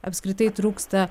apskritai trūksta